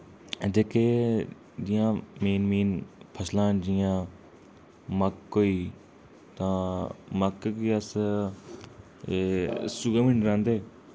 जेह्के जि'यां main main फसलां न जि'यां मक्क होई तां मक्क गी अस एह् अस्सू गै म्हीने रांह्दे